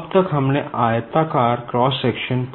अब तक हमने आयताकार क्रॉस सेक्शन